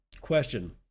Question